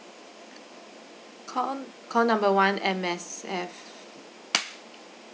call call number one M_S_F